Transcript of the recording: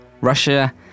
Russia